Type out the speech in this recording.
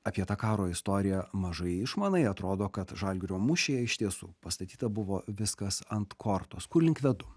apie tą karo istoriją mažai išmanai atrodo kad žalgirio mūšyje iš tiesų pastatyta buvo viskas ant kortos kur link vedu